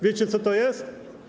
Wiecie, co to jest?